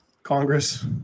Congress